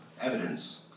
evidence